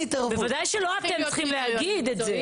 בוודאי שלא אתם צריכים להגיד את זה.